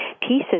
pieces